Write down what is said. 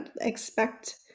expect